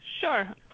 Sure